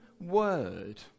word